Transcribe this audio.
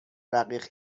رقیق